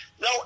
no